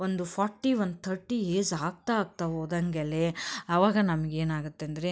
ಒಂದು ಫಾರ್ಟಿ ಒಂದು thirty age ಆಗ್ತಾ ಆಗ್ತಾ ಹೋದಂಗೆಲೇ ಅವಾಗ ನಮ್ಗೇನು ಆಗುತ್ತಂದ್ರೆ